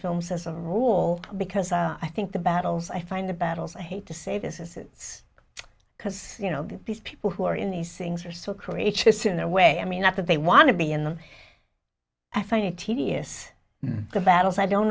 films as a rule because i think the battles i find the battles i hate to say this is it's because you know these people who are in these things are so courageous in their way i mean not that they want to be in the i find it tedious the battles i don't